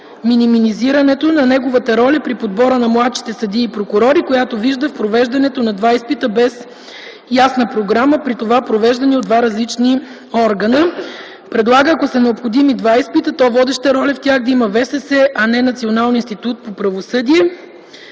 на минимизирането на неговата роля при подбора на младшите съдии и прокурори, която вижда в провеждането на два изпита без ясна програма, при това провеждани от два различни органа. Предлага, ако са необходими два изпита, то водеща роля в тях да има ВСС, а не Националният институт по правосъдие;